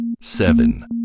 seven